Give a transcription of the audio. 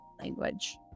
language